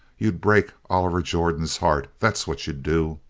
you'd break oliver jordan's heart. that's what you'd do!